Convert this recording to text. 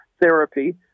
therapy